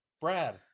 Brad